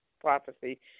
prophecy